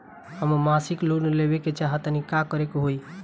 हम मासिक लोन लेवे के चाह तानि का करे के होई?